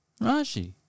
Rashi